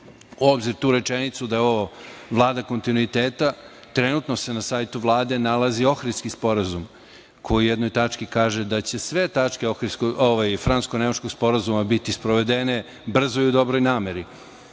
u obzir tu rečenicu da je ovo Vlada kontinuiteta, trenutno se na sajtu Vlade nalazi Ohridski sporazum, koji u jednoj tački kaže da će sve tačke francusko-nemačkog sporazuma biti sprovedene brzo i u dobroj nameri. Ako